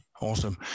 Awesome